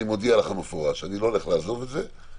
אני מודיע לכם מפורש: אני לא הולך לעזוב את זה.